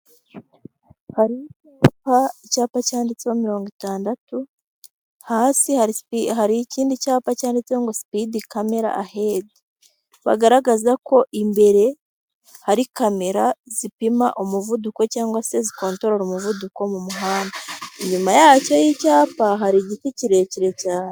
Hari icyapa cyanditseho mirongo itandatu, hasi hari ikindi cyapa cyanditseho ngo sipidi kamera ahedi bagaragaza ko imbere ari kamera zipima umuvuduko cyangwa se zikontorora umuvuduko mu muhanda, inyuma yacyo y'icyapa hari igiti kirekire cyane.